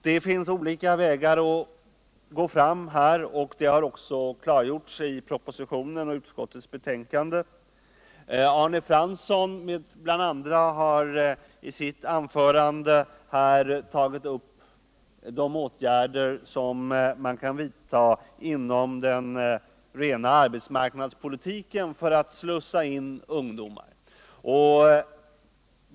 Det finns olika vägar att gå fram här, och det har också klargjorts i propositionen och i utskottsbetänkandet. Bl. a. har Arne Fransson i sitt anförande tagit upp de åtgärder som kan vidtas inom den rena arbetsmarknadspolitiken för att slussa in ungdomarna.